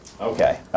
Okay